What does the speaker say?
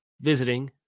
visiting